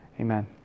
Amen